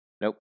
Nope